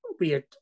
weird